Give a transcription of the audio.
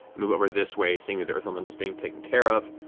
move over this way, seeing that the earth elemental is being taken care of,